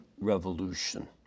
revolution